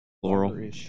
Floral